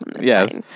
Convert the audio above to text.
Yes